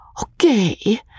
Okay